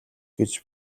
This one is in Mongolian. гэж